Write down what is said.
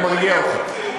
אני מרגיע אותך.